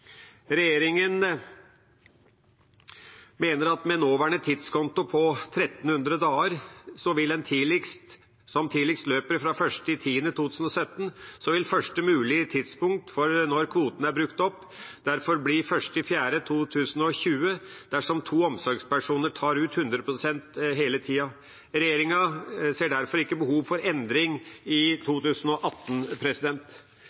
mener at med nåværende tidskonto på 1 300 dager, som tidligst løper fra 1. oktober 2017, vil første mulige tidspunkt for når kvoten er brukt opp, derfor bli 1. april 2020, dersom to omsorgspersoner tar ut 100 pst. hver hele tida. Regjeringa ser derfor ikke behov for endring i